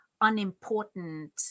unimportant